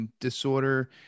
disorder